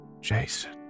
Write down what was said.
Jason